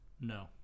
no